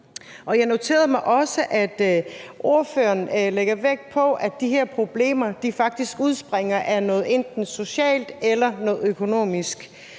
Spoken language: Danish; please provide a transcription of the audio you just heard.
Jeg noterede mig også, at ordføreren lægger vægt på, at de her problemer faktisk udspringer af noget enten socialt eller økonomisk.